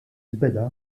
beda